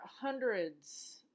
hundreds